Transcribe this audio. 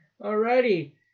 Alrighty